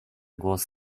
głos